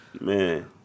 Man